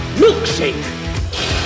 milkshake